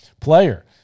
player